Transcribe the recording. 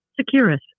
Securus